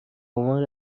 مامان